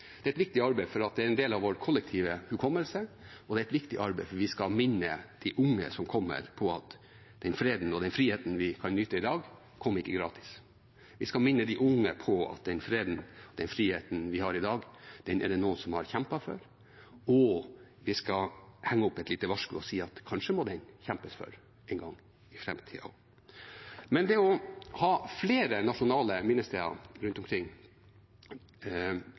det er et viktig arbeid. Det er et viktig arbeid fordi det er en del av vår kollektive hukommelse, og det er et viktig arbeid fordi vi skal minne de unge som kommer, på at den freden og friheten vi kan nyte i dag, ikke kom gratis. Vi skal minne de unge på at den freden og friheten vi har i dag, er det noen som har kjempet for, og vi skal henge opp et lite varsku og si at den kanskje må kjempes for en gang i framtiden også. Men det å ha flere nasjonale minnesteder rundt omkring